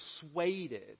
persuaded